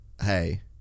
hey